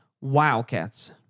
Wildcats